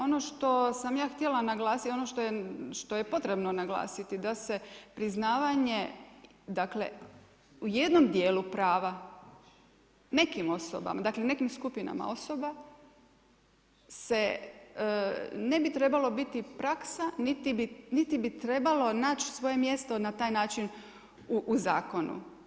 Ono što sam ja htjela naglasiti, ono što je potrebno naglasiti da se priznavanje, dakle u jednom dijelu prava nekim osobama, dakle nekim skupinama osoba se ne bi trebalo biti praksa, niti bi trebalo naći svoje mjesto na taj način u zakonu.